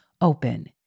open